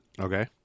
Okay